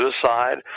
suicide